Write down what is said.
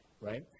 Right